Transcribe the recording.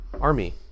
army